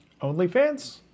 OnlyFans